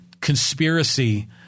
conspiracy